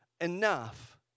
enough